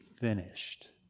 finished